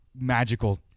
magical